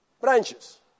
Branches